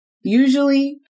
Usually